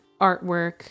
artwork